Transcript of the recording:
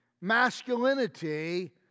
Masculinity